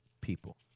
people